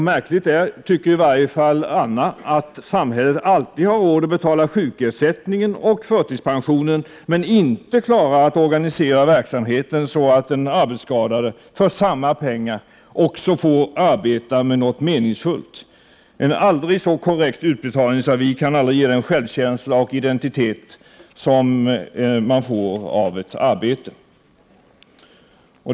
Märkligt är, tycker i varje fall Anna, att samhället alltid har råd att betala sjukersättningen och förtidspensionen men inte klarar av att organisera verksamheten så att den arbetsskadade för samma pengar också får arbeta med något meningsfullt. En aldrig så korrekt utbetalningsavi kan inte ge den självkänsla och identitet som man får av ett arbete.